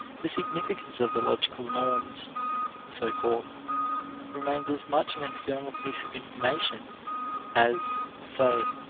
the significance of the logical norms so-called remains as much an external piece of information as, say,